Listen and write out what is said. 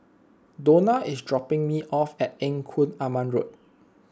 Dona is dropping me off at Engku Aman Road